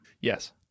Yes